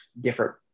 different